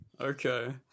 okay